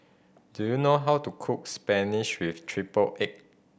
do you know how to cook spinach with triple egg